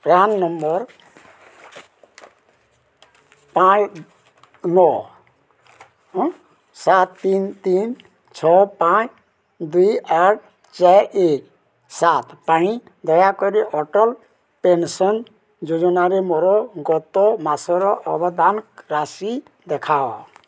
PRAN number ପାଞ୍ଚ ନଅ ସାତ ତିନି ତିନି ଛଅ ପାଞ୍ଚ ଦୁଇ ଆଠ ଚାରି ସାତ ଏକ ପାଇଁ ଦୟାକରି ଅଟଳ ପେନ୍ସନ୍ ଯୋଜନାରେ ମୋର ଗତ ମାସର ଅବଦାନ ରାଶି ଦେଖାଅ